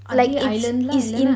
அது:athu island லாம் இல்லனா:lam illana